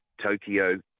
Tokyo